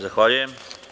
Zahvaljujem.